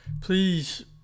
Please